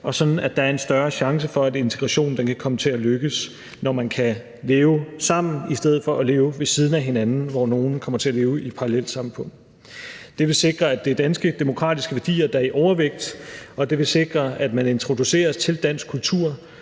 at der er en større chance for, at integrationen kan komme til at lykkes, når man kan leve sammen i stedet for at leve ved siden af hinanden, hvor nogle kommer til at leve i et parallelsamfund. Det vil sikre, at det er danske demokratiske værdier, der er i overvægt, og det vil sikre, at man introduceres til dansk kultur